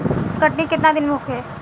कटनी केतना दिन में होखे?